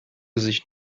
sich